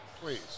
Please